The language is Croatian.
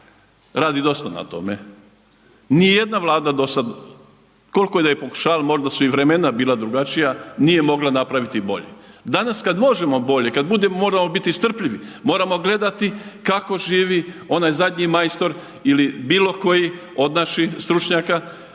radi dosta na tome, nijedna vlada do sada koliko je pokušavala, možda su i vremena bila drugačija, nije mogla napraviti bolje. Danas kada možemo bolje, moramo biti strpljivi, moramo gledati kako živi onaj zadnji majstor ili bilo koji od naših stručnjaka.